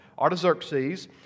Artaxerxes